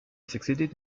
succeeded